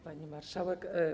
Pani Marszałek!